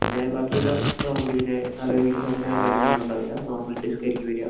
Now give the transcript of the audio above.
പിന്നെ ബാക്കി എല്ലാം നോർമലി പിന്നെ അലോയിവീൽസോ അങ്ങനെ കാര്യങ്ങളോ ഒന്നും ഉണ്ടാവില്ല നോർമൽ ഡിസ്ക് ആയിരിക്കും വരുക